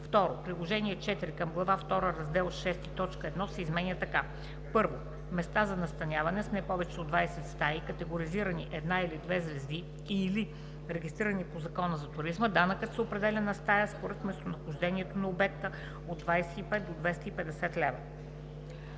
В приложение № 4 към глава втора, раздел VI т. 1 се изменя така: „1. Места за настаняване с не повече от 20 стаи, категоризирани една или две звезди или регистрирани по Закона за туризма – данъкът се определя за стая според местонахождението на обекта: от 25 до 250 лв.“